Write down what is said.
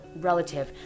relative